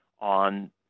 on